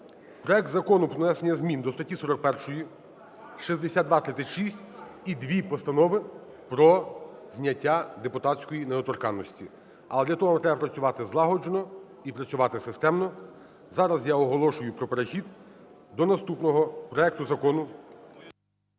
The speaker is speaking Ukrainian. проект Закону про внесення змін до статті 41 (6236) і дві постанови про зняття депутатської недоторканності. Але для того треба працювати злагоджено і працювати системно. Зараз я оголошую про перехід до наступного проекту закону.